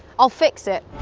i'll fix it.